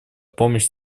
помощь